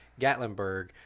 Gatlinburg